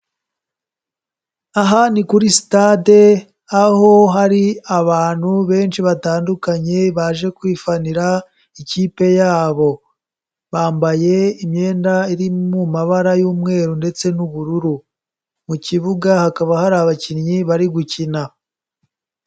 Aha ni kuri sitade aho hari abantu benshi batandukanye baje kwifanira ikipe yabo, bambaye imyenda iri mu mabara y'umweru ndetse n'ubururu, mu kibuga hakaba hari abakinnyi bari gukina.